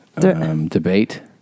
Debate